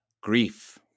grief